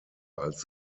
als